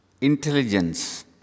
Intelligence